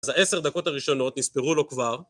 אז העשר דקות הראשונות נספרו לו כבר.